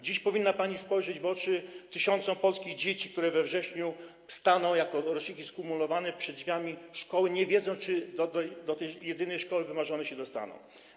Dziś powinna pani spojrzeć w oczy tysiącom polskich dzieci, które we wrześniu staną jako roczniki skumulowane przed drzwiami szkoły, nie wiedząc, czy do tej jedynej, wymarzonej szkoły się dostaną.